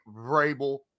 Vrabel